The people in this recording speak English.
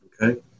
Okay